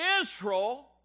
Israel